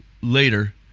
later